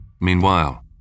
Meanwhile